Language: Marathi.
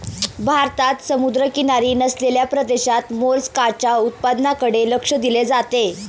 भारतात समुद्रकिनारी नसलेल्या प्रदेशात मोलस्काच्या उत्पादनाकडे लक्ष दिले जाते